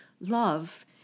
Love